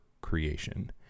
Creation